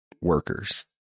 workers